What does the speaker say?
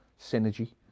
synergy